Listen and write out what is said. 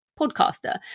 podcaster